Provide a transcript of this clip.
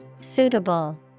Suitable